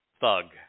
thug